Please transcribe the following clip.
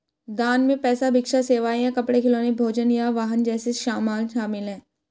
दान में पैसा भिक्षा सेवाएं या कपड़े खिलौने भोजन या वाहन जैसे सामान शामिल हैं